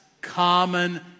common